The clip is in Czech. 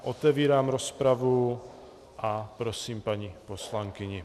Otevírám rozpravu a prosím paní poslankyni.